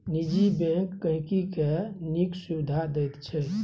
निजी बैंक गांहिकी केँ नीक सुबिधा दैत छै